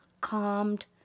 calmed